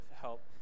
help